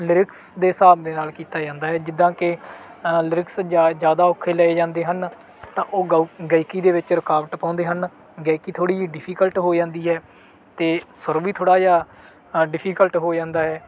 lyrics ਦੇ ਹਿਸਾਬ ਦੇ ਨਾਲ ਕੀਤਾ ਜਾਂਦਾ ਹੈ ਜਿੱਦਾਂ ਕਿ ਲਿਰਿਕਸ ਜਾ ਜ਼ਿਆਦਾ ਔਖੇ ਲਏ ਜਾਂਦੇ ਹਨ ਤਾਂ ਉਹ ਗਾਉ ਗਾਇਕੀ ਦੇ ਵਿੱਚ ਰੁਕਾਵਟ ਪਾਉਂਦੇ ਹਨ ਗਾਇਕੀ ਥੋੜ੍ਹੀ ਜਿਹੀ ਡਿਫੀਕਲਟ ਹੋ ਜਾਂਦੀ ਹੈ ਅਤੇ ਸੁਰ ਵੀ ਥੋੜ੍ਹਾ ਜਿਹਾ ਡਿਫੀਕਲਟ ਹੋ ਜਾਂਦਾ ਹੈ